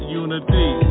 unity